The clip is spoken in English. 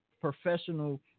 professional